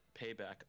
payback